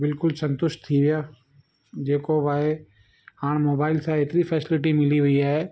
बिल्कुलु संतुष्ट थी विया जेको बि आहे हाणे मोबाइल सां एतिरी फेसिलिटी मिली वई आहे